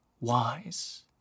wise